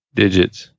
digits